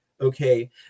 Okay